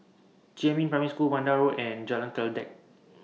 Jiemin Primary School Vanda Road and Jalan Kledek